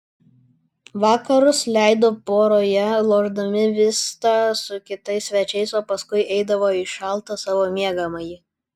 vakarus leido poroje lošdami vistą su kitais svečiais o paskui eidavo į šaltą savo miegamąjį